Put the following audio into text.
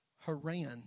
Haran